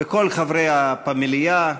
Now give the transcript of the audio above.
וכל חברי הפמליה,